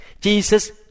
Jesus